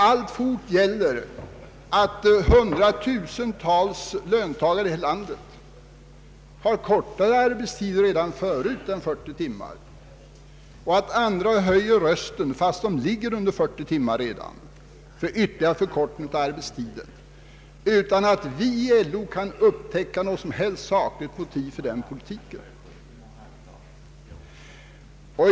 Alltfort gäller dock att hundratusentals löntagare i detta land redan förut har kortare arbetstid än 40 timmar och att andra grupper, fastän de redan ligger under 40 timmar, höjer rösten för ytterligare förkortning av arbetstiden, utan att vi inom LO kan upptäcka något som helst sakligt motiv för den politiken.